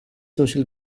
social